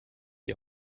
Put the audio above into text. die